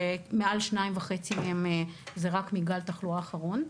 כשמעל 2.5 מיליון מהם הם רק מגל התחלואה האחרון,